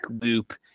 loop